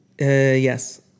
Yes